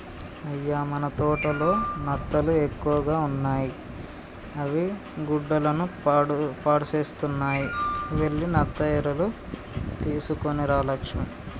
అయ్య మన తోటలో నత్తలు ఎక్కువగా ఉన్నాయి అవి గుడ్డలను పాడుసేస్తున్నాయి వెళ్లి నత్త ఎరలు తీసుకొని రా లక్ష్మి